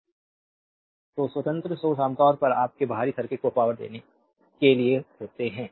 slide time देखें 1013 तो स्वतंत्र सोर्स आमतौर पर आपके बाहरी सर्किट को पावरदेने के लिए होते हैं